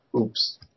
Oops